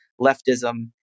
leftism